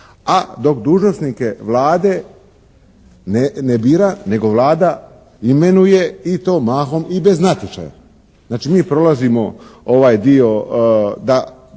A dok dužnosnike Vlade ne bira, nego Vlada imenuje i to mahom i bez natječaja. Znači mi prolazimo ovaj dio da